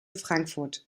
frankfurt